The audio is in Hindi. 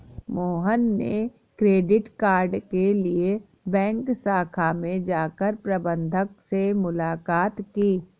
मोहन ने क्रेडिट कार्ड के लिए बैंक शाखा में जाकर प्रबंधक से मुलाक़ात की